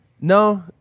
No